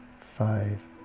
five